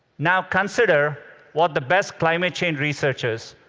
now, consider what the best climate change researchers,